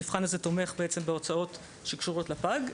המבחן הזה תומך בהוצאות שקשורות לפג,